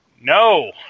no